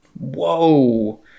whoa